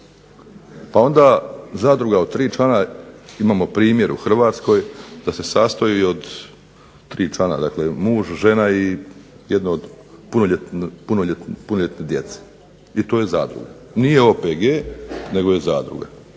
pa onda zadruga od tri člana imamo primjer u HRvatskoj da se sastoji od tri člana, dakle muž, žena i jedno od punoljetnog djeteta. I to je zadruga, nije OPG nego je zadruga.